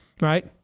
right